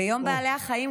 ביום בעלי החיים,